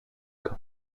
kam